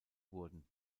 wurden